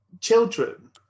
children